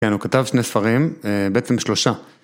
כן, הוא כתב שני ספרים, בעצם שלושה.